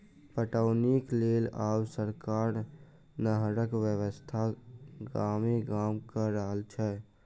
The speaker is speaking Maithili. पटौनीक लेल आब सरकार नहरक व्यवस्था गामे गाम क रहल छै